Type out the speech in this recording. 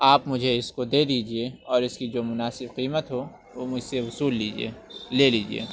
آپ مجھے اس کو دے دیجیے اور اس کی جو مناسب قیمت ہو وہ مجھ سے وصول لیجیے لے لیجیے